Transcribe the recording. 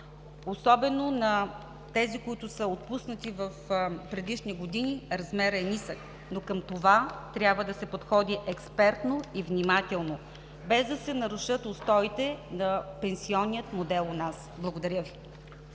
особено на тези, които са отпуснати в предишни години, размерът е нисък, но към това трябва да се подходи експертно и внимателно, без да се нарушат устоите на пенсионния модел у нас. Благодаря Ви.